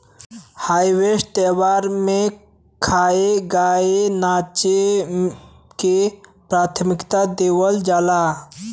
harvest त्यौहार में खाए, गाए नाचे के प्राथमिकता देवल जाला